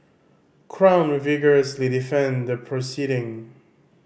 crown will vigorously defend the proceeding